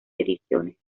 ediciones